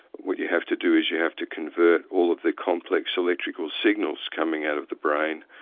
what you have to do is you have to convert all of the complex electrical signals coming out of the brain,